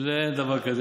אין דבר כזה.